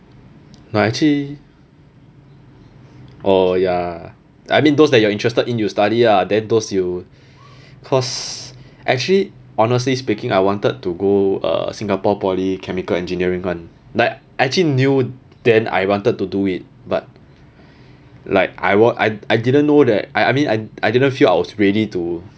ya actually orh ya I mean those that you are interested in you study ah then those you cause actually honestly speaking I wanted to go uh singapore poly chemical engineering [one] like actually knew then I wanted to do it but like I I I didn't know that I I mean I I didn't feel I was ready to